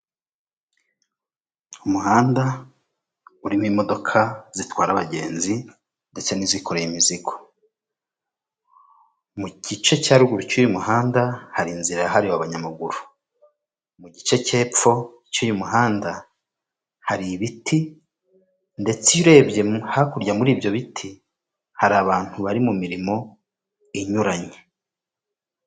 Umugabo w'imisatsi migufiya w'inzobe ufite ubwanwa bwo hejuru wambaye umupira wo kwifubika urimo amabara atandukanye ubururu, umweru n'umukara wambariyemo ishati, araburanishwa.